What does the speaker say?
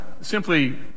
simply